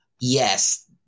yes